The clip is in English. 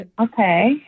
okay